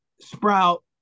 Sprout